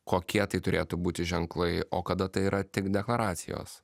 kokie tai turėtų būti ženklai o kada tai yra tik deklaracijos